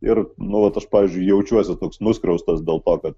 ir nuolat aš pavyzdžiui jaučiuosi toks nuskriaustas dėl to kad